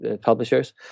publishers